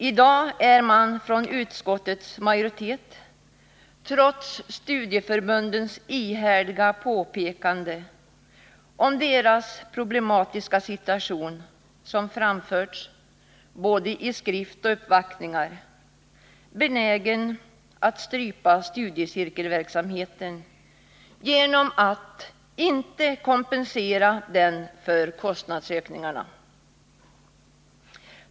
I dag är man från utskottets majoritet trots studieförbundens ihärdiga påpekanden om sin problematiska situation, som framförts både i skrift och vid uppvaktningar, benägen att strypa studiecirkelverksamheten genom att inte kompensera den för kostnadsökningarna.